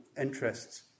interests